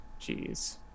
Jeez